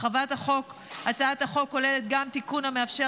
הרחבת הצעת החוק כוללת גם תיקון המאפשר